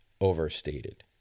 overstated